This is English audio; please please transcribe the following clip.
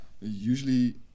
usually